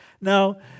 Now